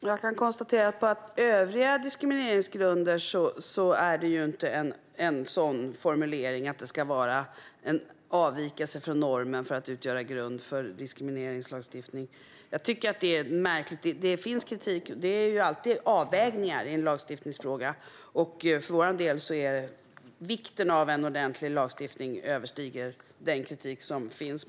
Fru talman! Jag konstatera att i övriga diskrimineringsgrunder är det inte en sådan formulering - att det ska vara en avvikelse från normen för att utgöra grund för diskrimineringslagstiftning. Jag tycker att det är märkligt. Det finns kritik, men det är alltid avvägningar i en lagstiftningsfråga. För vår del överstiger vikten av ordentlig lagstiftning vikten av den kritik som finns.